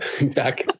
back